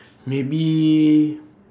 maybe